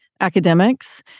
academics